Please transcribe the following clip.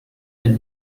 del